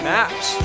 Maps